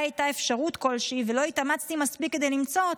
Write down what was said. הייתה אפשרות כלשהי ולא התאמצתי מספיק כדי למצוא אותה,